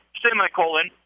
semicolon